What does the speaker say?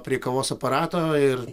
prie kavos aparato ir